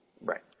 Right